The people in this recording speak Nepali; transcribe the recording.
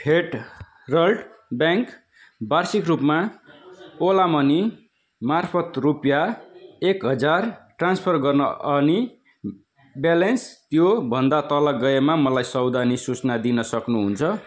फेडरल ब्याङ्क वार्षिक रूपमा ओला मनी मार्फत् रुपियाँ एक हजार ट्रान्सफर गर्न अनि ब्यालेन्स त्योभन्दा तल गएमा मलाई सावधानी सूचना दिन सक्नुहुन्छ